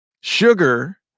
sugar